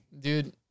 Dude